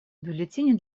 бюллетени